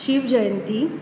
Shiv Jayanti